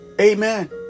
Amen